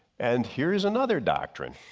and here's another doctrine.